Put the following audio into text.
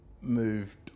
moved